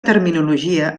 terminologia